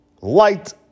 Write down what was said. light